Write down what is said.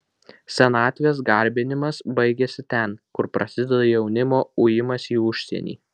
senatvės garbinimas baigiasi ten kur prasideda jaunimo ujimas į užsienį